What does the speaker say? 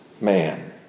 man